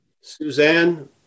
Suzanne